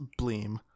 Bleem